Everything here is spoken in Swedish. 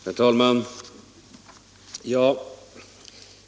Herr talman!